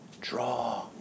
Draw